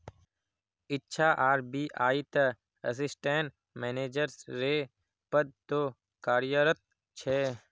इच्छा आर.बी.आई त assistant manager रे पद तो कार्यरत छे